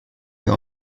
wir